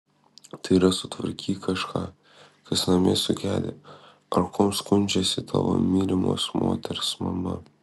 tai yra sutvarkyk kažką kas namie sugedę ar kuom skundžiasi tavo mylimos moters mama